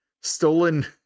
stolen